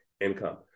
income